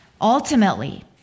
Ultimately